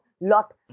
lot